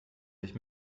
sich